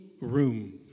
room